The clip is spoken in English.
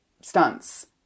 stunts